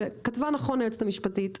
וכתבה נכון היועצת המשפטית,